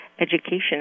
education